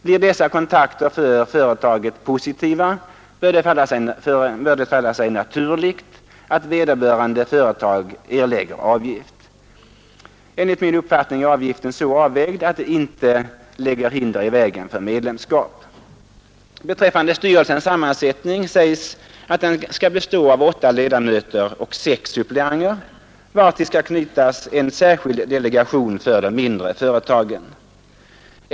Blir dessa kontakter för företaget positiva, bör det falla sig naturligt att vederbörande företag erlägger avgift. Enligt min uppfattning är avgiften så avvägd att den inte lägger hinder i vägen för medlemskap. Beträffande styrelsens sammansättning sägs att den skall bestå av 8 ledamöter och 6 suppleanter, vartill skall knytas en särskild delegation för de mindre företagen.